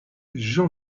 jean